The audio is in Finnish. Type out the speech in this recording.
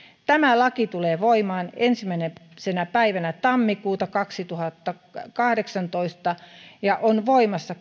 tämä laki tulee voimaan yhtenä päivänä tammikuuta kaksituhattakahdeksantoista ja on voimassa